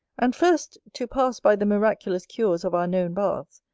and first, to pass by the miraculous cures of our known baths,